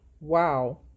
wow